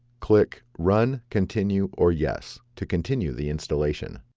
click run, continue, or yes to continue the installation.